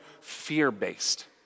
fear-based